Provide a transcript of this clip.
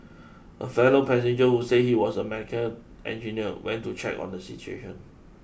a fellow passenger who said he was a mechanical engineer went to check on the situation